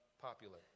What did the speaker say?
popular